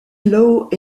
lowe